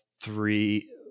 three